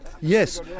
Yes